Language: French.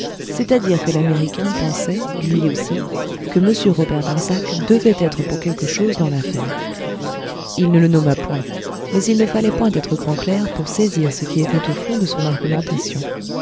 c'est-à-dire que l'américain pensait lui aussi que m robert darzac devait être pour quelque chose dans l'affaire il ne le nomma point mais il ne fallait point être grand clerc pour saisir ce qui était au fond de son argumentation